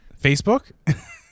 Facebook